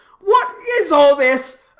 what is all this